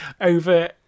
over